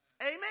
Amen